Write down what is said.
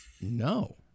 No